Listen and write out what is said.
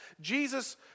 Jesus